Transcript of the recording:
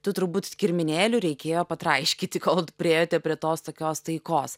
tu turbūt kirminėlių reikėjo patraiškyti kol priėjote prie tos tokios taikos